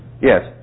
yes